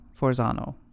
Forzano